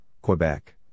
Quebec